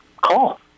call